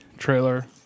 Trailer